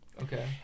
Okay